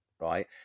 Right